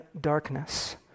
darkness